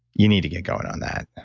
you need to get going on that.